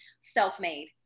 self-made